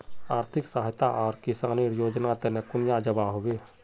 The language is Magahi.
आर्थिक सहायता आर किसानेर योजना तने कुनियाँ जबा होबे?